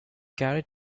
carried